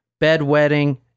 bedwetting